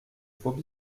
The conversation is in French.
faut